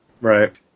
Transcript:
Right